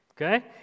Okay